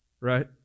Right